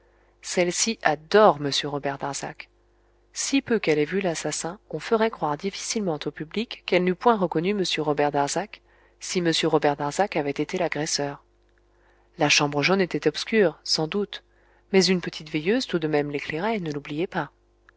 celle-ci adore m robert darzac si peu qu'elle ait vu l'assassin on ferait croire difficilement au public qu'elle n'eût point reconnu m robert darzac si m robert darzac avait été l'agresseur la chambre jaune était obscure sans doute mais une petite veilleuse tout de même l'éclairait ne l'oubliez pas